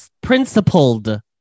principled